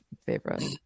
favorite